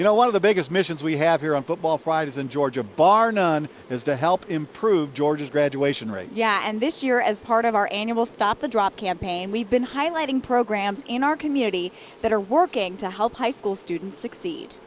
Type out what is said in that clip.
you know one of the biggest missions we have on football fridays in georgia bar none is to help improve georgia's graduation rate. yeah and this year as part of our annual stop the drop campaign we've been highlighting programs in our community that are working to help high school students succeed.